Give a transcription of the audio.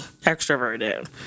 Extroverted